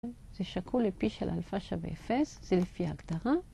זה שקול פי של אלפא שווה אפס, זה לפי ההגדרה.